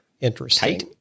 interesting